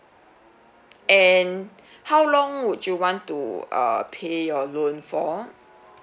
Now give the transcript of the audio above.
and how long would you want to err pay your loan for